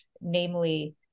namely